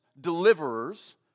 deliverers